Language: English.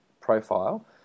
profile